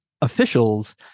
officials